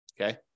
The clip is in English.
Okay